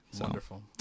Wonderful